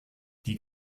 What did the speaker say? die